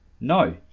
No